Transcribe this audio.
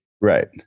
Right